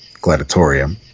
gladiatorium